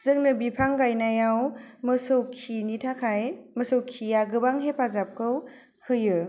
जोंनो बिफां गायनायाव मोसौ खिनि थाखाय मोसौ खिया गोबां हेफाजाबखौ होयो